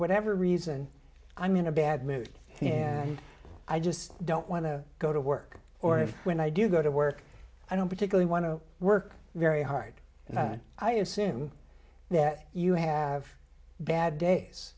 whatever reason i'm in a bad mood yeah i just don't want to go to work or if when i do go to work i don't particularly want to work very hard and i assume that you have bad days